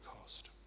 cost